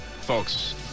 folks